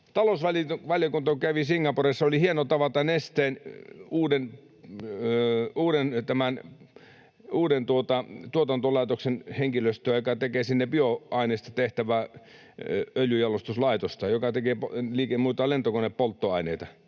Talousvaliokunta kävi Singaporessa, ja oli hieno tavata Nesteen uuden tuotantolaitoksen henkilöstöä, joka tekee sinne öljynjalostuslaitosta, jossa bioaineista tehdään lentokonepolttoaineita.